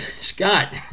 Scott